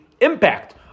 impact